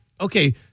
Okay